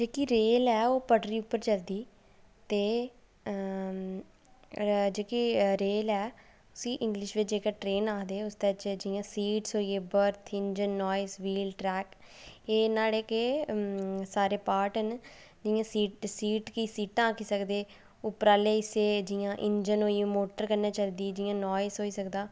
एह् जेह्की ट्रेन ऐ उसदे च सीटां होंदियां ते कन्नै नम्बर जेह्कियां उप्पर आह्लियां सीटां होइयां नुहाड़ियां ते थल्ले आह्लियांं सीटां होइयां जेह्का सौने आह्ला स्लीपर होंदा ना ट्रेनै च ओह् होइया